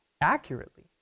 accurately